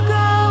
go